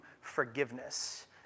forgiveness